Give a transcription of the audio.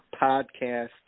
Podcast